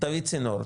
תביא צינור,